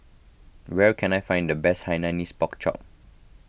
where can I find the best Hainanese Pork Chop